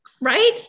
Right